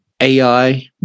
AI